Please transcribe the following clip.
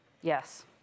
Yes